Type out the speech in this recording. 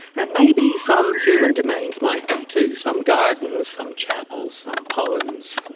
and maybe some human domains might be, too some gardens, some chapels, some poems